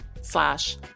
slash